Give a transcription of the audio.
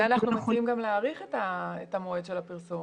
בשביל זה אנחנו מציעים להאריך את המועד של הפרסום.